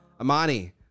Amani